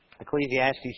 Ecclesiastes